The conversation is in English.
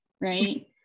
right